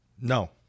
No